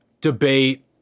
debate